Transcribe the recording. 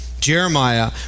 Jeremiah